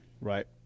Right